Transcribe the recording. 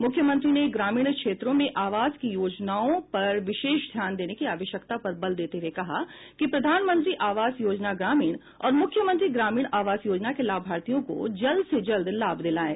मुख्यमंत्री ने ग्रामीण क्षेत्रों में आवास की योजनाओं पर विशष ध्यान देने की आवश्यकता पर बल देते हुए कहा कि प्रधानमंत्री आवास योजना ग्रामीण और मुख्यमंत्री ग्रामीण आवास योजना के लाभार्थियों को जल्द से जल्द लाभ दिलायें